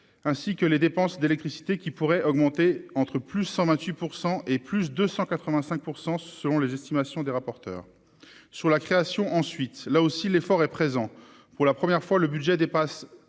ainsi que les dépenses d'électricité qui pourrait augmenter entre plus 128 % et plus 200 85 %, selon les estimations des rapporteur sur la création, ensuite, là aussi, l'effort est présent pour la première fois le budget dépasse